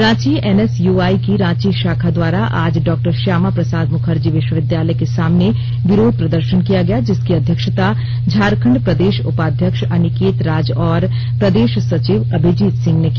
Ranchi NSUI की रांची भााखा द्वारा आज डॉ श्यामा प्रसाद मुखर्जी विश्वविघालय के सामने विरोध प्रदर्शन किया गया जिसकी अध्यक्षता झारखंड प्रदेश उपाध्यक्ष अनिकेत राज और प्रदेश सचिव अभिजीत सिंह ने की